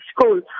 school